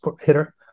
hitter